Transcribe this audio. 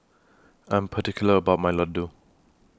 I Am particular about My Laddu